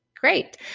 Great